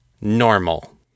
normal